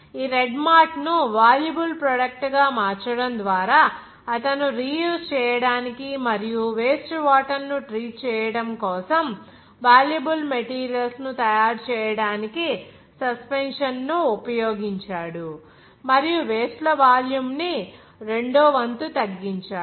ఈ రెడ్ మార్ట్ను valuable product గా మార్చడం ద్వారా అతను రీయూజ్ చేయడానికి మరియు వేస్ట్ వాటర్ ను ట్రీట్ చేయడం కోసం వాల్యుబుల్ మెటీరియల్స్ ను తయారు చేయడానికి సస్పెన్షన్ను ఉపయోగించాడు మరియు వేస్ట్ ల వాల్యూమ్ ని రెండో వంతు తగ్గించాడు